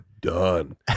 done